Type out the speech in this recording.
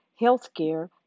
healthcare